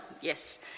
Yes